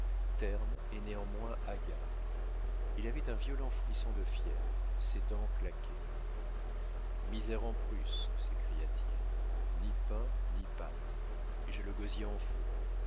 ternes et néanmoins hagards il avait un violent frisson de fièvre ses dents claquaient misère en prusse s'écria-t-il ni pain ni pâte et j'ai le gosier en feu